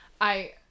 I